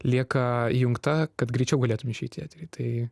lieka jungta kad greičiau galėtumei išeiti į eterį tai